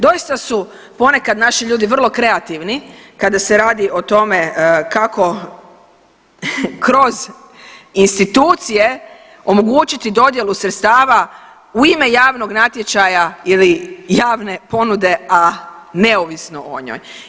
Doista su ponekad naši ljudi vrlo kreativni kada se radi o tome kako kroz institucije omogućiti dodjelu sredstava u ime javnog natječaja ili javne ponude, a neovisno o njoj.